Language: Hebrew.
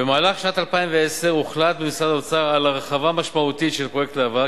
במהלך שנת 2010 הוחלט במשרד האוצר על הרחבה משמעותית של פרויקט להב"ה,